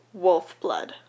Wolfblood